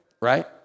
Right